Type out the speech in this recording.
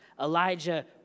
Elijah